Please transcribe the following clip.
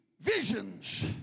visions